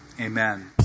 Amen